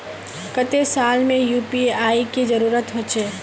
केते साल में यु.पी.आई के जरुरत होचे?